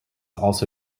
also